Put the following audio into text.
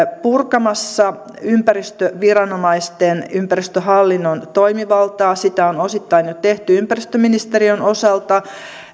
purkamassa ympäristöviranomaisten ympäristöhallinnon toimivaltaa sitä on osittain jo tehty ympäristöministeriön osalta